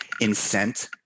incent